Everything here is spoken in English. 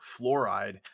fluoride